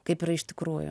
kaip yra iš tikrųjų